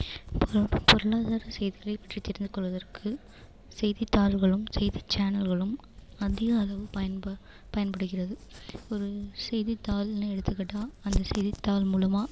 இப்போ பொருளாதார செய்திகளைப் பற்றி தெரிந்து கொள்வதற்குச் செய்தித்தாள்களும் செய்திச் சேனல்களும் அதிக அளவு பயன்ப பயன்படுகிறது ஒரு செய்தித்தாள்னு எடுத்துக்கிட்டால் அந்த செய்தித்தாள் மூலமாக